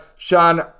Sean